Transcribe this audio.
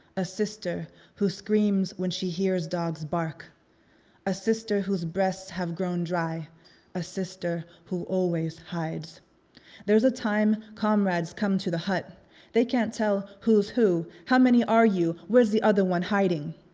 a sister who screams when she hears dogs bark a sister whose breasts have grown dry a sister who always hides there's a time comrades come to the hut they can't tell who's who. how many are you? where's the other one hiding?